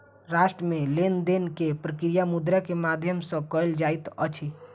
राष्ट्र मे लेन देन के प्रक्रिया मुद्रा के माध्यम सॅ कयल जाइत अछि